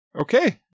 Okay